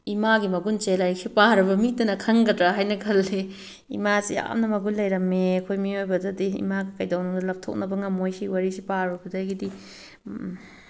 ꯏꯃꯥꯒꯤ ꯃꯒꯨꯜꯁꯦ ꯂꯥꯏꯔꯤꯛꯁꯦ ꯄꯥꯔꯕ ꯃꯤꯇꯅ ꯈꯪꯒꯗ꯭ꯔꯥ ꯍꯥꯏꯅ ꯈꯜꯂꯤ ꯏꯃꯥꯁꯦ ꯌꯥꯝꯅ ꯃꯒꯨꯜ ꯂꯩꯔꯝꯃꯦ ꯑꯩꯈꯣꯏ ꯃꯤꯑꯣꯏꯕꯗꯗꯤ ꯏꯃꯥꯒ ꯀꯩꯗꯧꯅꯨꯡꯗ ꯂꯥꯞꯊꯣꯛꯅꯕ ꯉꯝꯃꯣꯏ ꯁꯤ ꯋꯥꯔꯤꯁꯦ ꯄꯥꯔꯨꯕꯗꯒꯤꯗꯤ